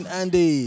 andy